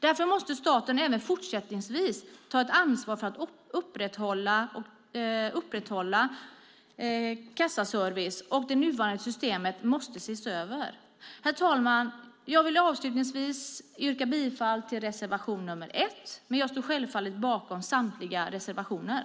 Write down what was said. Därför måste staten även fortsättningsvis ta ansvar för att upprätthålla en väl fungerande betal och kassaservice, och det nuvarande systemet måste ses över. Herr talman! Jag vill avslutningsvis yrka bifall till reservationen 1, men jag står självfallet bakom samtliga reservationer.